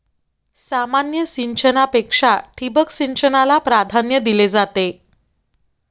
सामान्य सिंचनापेक्षा ठिबक सिंचनाला प्राधान्य दिले जाते